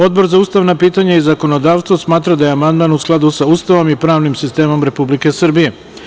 Odbor za ustavna pitanja i zakonodavstvo smatra da je amandman u skladu sa Ustavom i pravnim sistemom Republike Srbije.